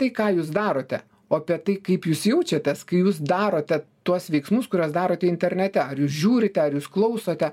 tai ką jūs darote o apie tai kaip jūs jaučiatės kai jūs darote tuos veiksmus kuriuos darote internete ar jūs žiūrite ar jūs klausote